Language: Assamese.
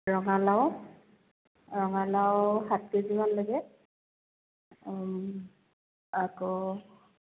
ৰঙালাও ৰঙালাও সাত কেজিমান লাগে আকৌ